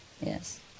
yes